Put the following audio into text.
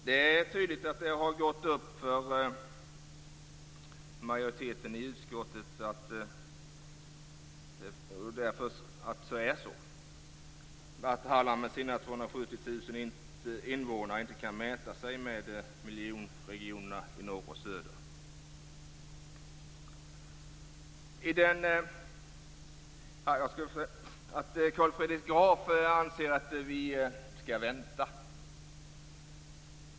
Det är tydligt att det har gått upp för majoriteten i utskottet att Halland med sin 270 000 invånare inte kan mäta sig med miljonregionerna i norr och i söder. Carl Fredrik Graf anser att vi skall vänta.